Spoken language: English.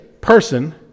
person